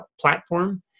platform